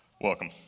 welcome